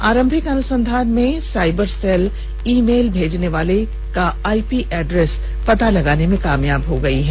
आरंभिक अनुसंधान में साइबर सेल ई मेल भेजने वाले का आईपी एड्रेस पता लगाने में कामयाब हो गया है